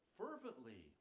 fervently